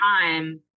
time